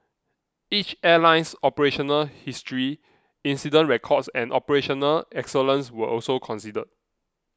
each airline's operational history incident records and operational excellence were also considered